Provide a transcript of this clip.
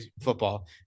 football